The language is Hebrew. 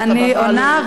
אני עונה,